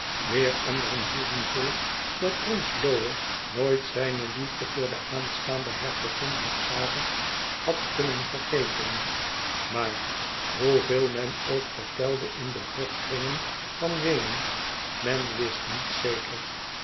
weêr anderen hielden vol dat prins lohe nooit zijne liefde voor de aanstaande hertogin van xara had kunnen vergeten maar hoeveel men ook vertelde in de hofkringen van weenen men wist niets zekers